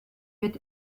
wird